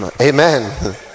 Amen